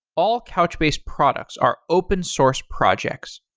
all couchbase products are open source projects.